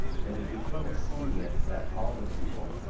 that it became expedient that all the people,